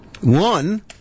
One